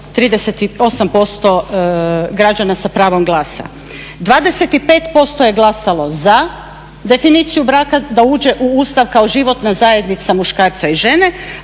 38% građana sa pravom glasa. 25% je glasalo za, definiciju braka da uđe u Ustav kao životna zajednica muškarca i žene